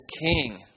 king